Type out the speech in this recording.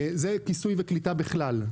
זה כיסוי וקליטה בכלל.